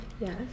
Yes